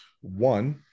one